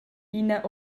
ina